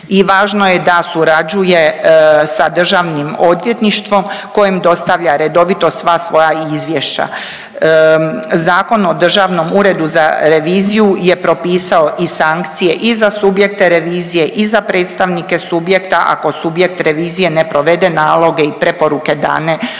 i važno je da surađuje sa Državnim odvjetništvom kojem dostavlja redovito sva svoja izvješća. Zakon o Državnom uredu za reviziju je propisao i sankcije i za subjekte revizije i za predstavnike subjekta ako subjekt revizije ne provede naloge i preporuke dane u